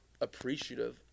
appreciative